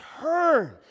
turn